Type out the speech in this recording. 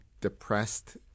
depressed